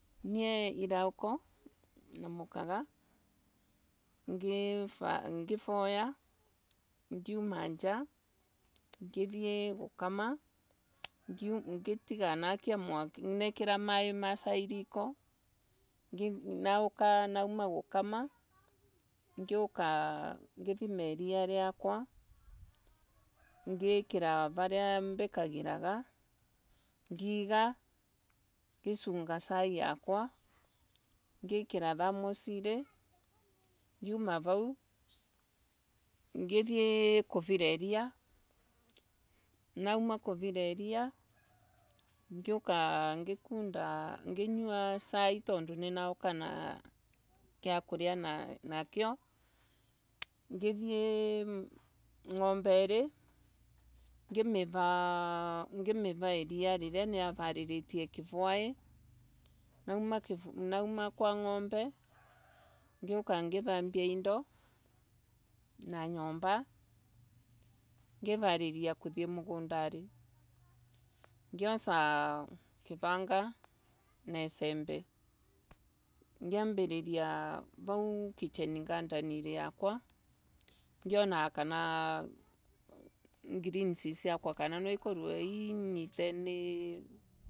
Nie iraoko ninamukaga ngikoya ngiuma njaa ngithie gukama. ngitiga nakira mai ma sai riko na uka nauma gukama ngiuka ngithima iria iakwa ngikira nuria mbikagira ngivunga sai yakwa ngikira themosili. ngiuma vau ngitjii kuvira iria. Nauma kuvira iria ngiuka ngikunda nginyua sai tondu ninauka na gia kunywa nakio. Ngithii ngomberi. Ngimivu iria niavaririe kivuai nguma kwa ngombe ngiuka ngithambia indo na nyomba ngiivariria kuthii mugundari. Ngiosa kivanya na isembe. Ngianjiriria vau kicheni ngandenire yakwa naronaga kana kana greens siakwa ninyite ni.